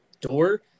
door